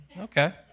okay